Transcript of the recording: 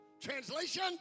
translation